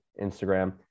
Instagram